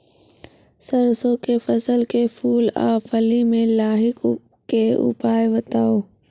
सरसों के फसल के फूल आ फली मे लाहीक के उपाय बताऊ?